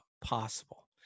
possible